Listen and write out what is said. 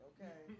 Okay